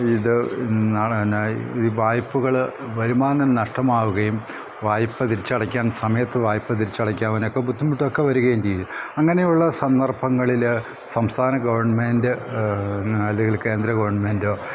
ഇത് പിന്നെ ഈ വായ്പുകൾ വരുമാനം നഷ്ടമാവുകയും വായ്പ തിരിച്ചടയ്ക്കാൻ സമയത്ത് വായ്പ തിരിച്ചടക്കുവാൻ ഒക്കെ ബുദ്ധിമുട്ടൊക്കെ വരുകയും ചെയ്യും അങ്ങനെയുള്ള സന്ദർഭങ്ങളിൽ സംസ്ഥാന ഗെവൺമെൻറ്റ് അല്ലെങ്കിൽ കേന്ദ്ര ഗെവൺമെൻറ്റൊ